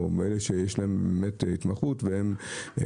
או מאלה שיש להן התמחות במתמטיקה,